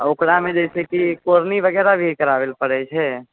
ओकरामे जे छै से की कोरनी वगैरह भी कराबै लए परै छै